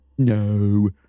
No